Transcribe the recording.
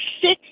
six